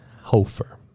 Hofer